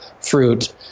fruit